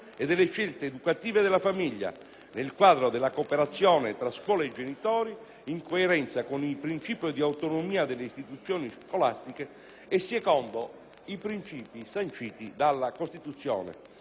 nel quadro della cooperazione tra scuola e genitori, in coerenza con il principio di autonomia delle istituzioni scolastiche e secondo i principi sanciti dalla Costituzione. Circa il secondo punto,